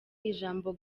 ijambo